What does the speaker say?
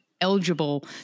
eligible